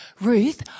Ruth